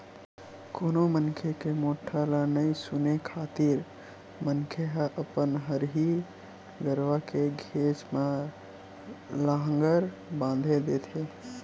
कोनो मनखे के मोठ्ठा ल नइ सुने खातिर मनखे ह अपन हरही गरुवा के घेंच म लांहगर बांधे देथे